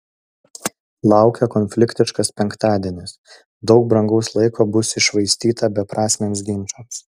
laukia konfliktiškas penktadienis daug brangaus laiko bus iššvaistyta beprasmiams ginčams